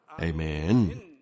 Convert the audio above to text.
Amen